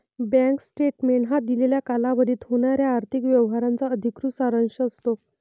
bank statement हा दिलेल्या कालावधीत होणाऱ्या आर्थिक व्यवहारांचा अधिकृत सारांश असतो